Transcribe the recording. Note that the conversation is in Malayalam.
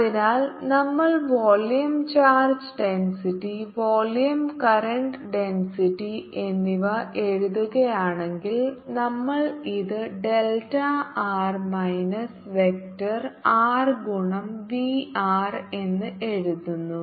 അതിനാൽ നമ്മൾ volume charge density volume current density എന്നിവ എഴുതുകയാണെങ്കിൽ നമ്മൾ ഇത് delta R minus vector R ഗുണം v r എന്ന് എഴുതുന്നു